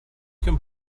can